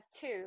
two